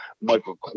Michael